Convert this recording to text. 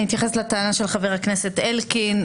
אני אתייחס לטענה של חבר הכנסת אלקין,